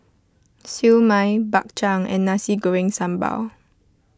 Siew Mai Bak Chang and Nasi Goreng Sambal